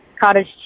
cottage